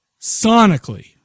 Sonically